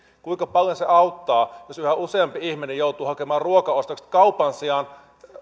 kuinka paljon se auttaa jos yhä useampi ihminen joutuu hakemaan ruokaostokset kaupan sijaan